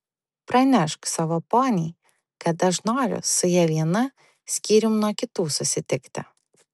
pranešk savo poniai kad aš noriu su ja viena skyrium nuo kitų susitikti